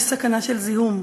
יש סכנה של זיהום.